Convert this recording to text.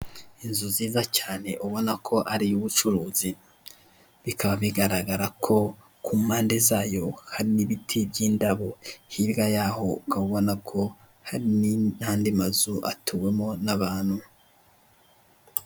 Inzu nziza cyane ubona ko ari iy'ubucuruzi, bikaba bigaragara ko ku mpande zayo hari n'ibiti by'indabo, hirya yaho ukaba ubona ko hari n'andi mazu atuwemo n'abantu.